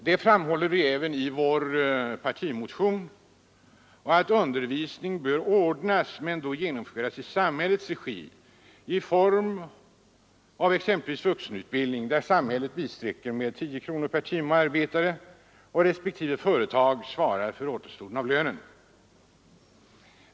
Det framhåller vi även i vår partimotion, och vi säger också att undervisning bör ordnas men då genomföras i samhällets regi exempelvis i form av vuxenutbildning, där samhället bisträcker med 10 kronor per timme och arbetare och respektive företag svarar för återstoden av lönen.